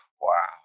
Wow